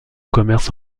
commerce